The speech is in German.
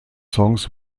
songs